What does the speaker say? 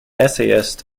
essayist